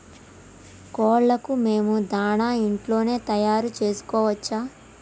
కోళ్లకు మేము దాణా ఇంట్లోనే తయారు చేసుకోవచ్చా?